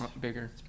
bigger